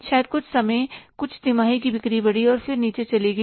शायद कुछ समय कुछ तिमाही की बिक्री बढ़ी और फिर नीचे चली गई